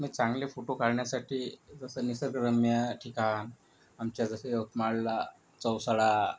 मी चांगले फोटो काढण्यासाठी जसं निसर्गरम्य ठिकाण आमच्या जसं यवतमाळला चौसाळा